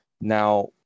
Now